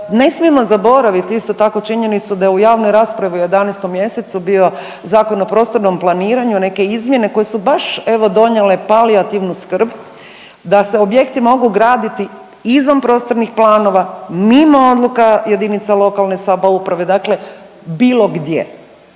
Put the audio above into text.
ne smijemo zaboraviti isto tako činjenicu da je u javnoj raspravi u 11. mjesecu bio Zakon o prostornom planiranju, neke izmjene koje su baš evo donijele palijativnu skrb da se objekti mogu graditi izvan prostornih planova, mimo odluka jedinica lokalne samouprave, dakle bilo gdje.